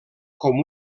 com